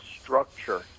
structure